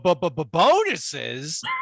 bonuses